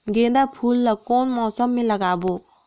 गेंदा फूल ल कौन मौसम मे लगाबो?